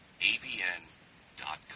avn.com